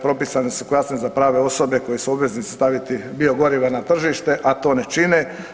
Propisane su kazne za pravne osobe koje su obveznici staviti biogoriva na tržište, a to ne čine.